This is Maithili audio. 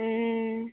हूँ